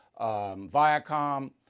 Viacom